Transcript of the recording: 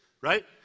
right